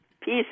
peace